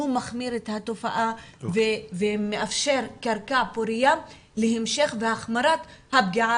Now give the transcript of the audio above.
מחמיר את התופעה ומאפשר קרקע פורייה להמשך והחמרת הפגיעה